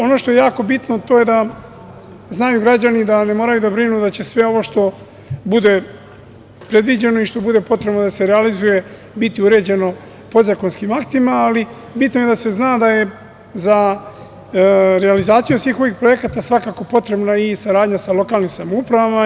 Ono što je jako bitno to je da znaju građani da ne moraju da brinu da će sve ovo što bude predviđeno i što bude potrebno da se realizuje biti uređeno podzakonskim aktima, ali bitno je da se zna da je za realizaciju svih ovih projekata svakako potrebna saradnja i sa lokalnim samoupravama.